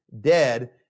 dead